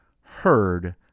heard